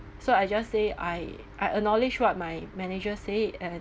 so I just say I I acknowledge what my manager said and